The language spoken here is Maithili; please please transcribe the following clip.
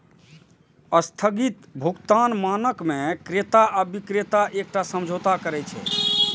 स्थगित भुगतान मानक मे क्रेता आ बिक्रेता एकटा समझौता करै छै